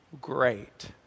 great